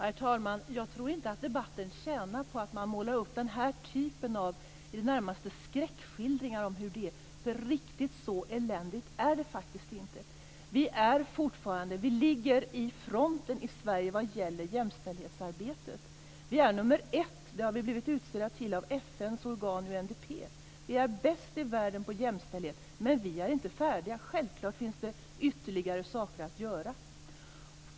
Herr talman! Jag tror inte att debatten tjänar på denna typ av skräckskildringar av hur det är. Riktigt så eländigt är det faktiskt inte. Vi ligger i Sverige i fronten av jämställdhetsarbetet. Sverige har blivit utsett av FN:s organ UNDP till nummer ett, dvs. vi är bäst i världen på jämställdhet. Men vi är inte färdiga. Självklart finns det ytterligare saker att göra.